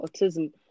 autism